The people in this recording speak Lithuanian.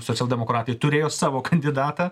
socialdemokratai turėjo savo kandidatą